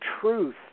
truth